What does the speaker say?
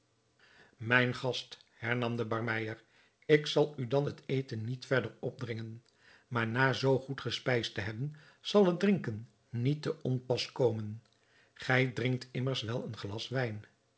mijn gast hernam de barmeyer ik zal u dan het eten niet verder opdringen maar na zoo goed gespijsd te hebben zal het drinken niet te onpas komen gij drinkt immers wel een glas wijn